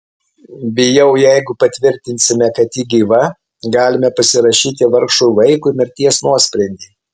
bijau jeigu patvirtinsime kad ji gyva galime pasirašyti vargšui vaikui mirties nuosprendį